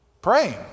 praying